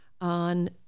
on